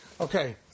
Okay